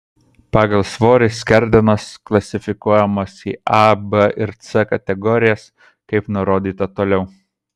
pagal svorį skerdenos klasifikuojamos į a b ir c kategorijas kaip nurodyta toliau